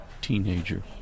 teenager